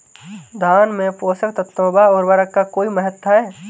धान में पोषक तत्वों व उर्वरक का कोई महत्व है?